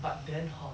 but then hor